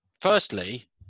firstly